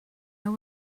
know